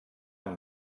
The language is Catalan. amb